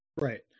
Right